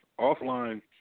Offline